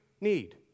need